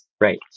right